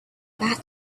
battle